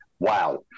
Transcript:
Wow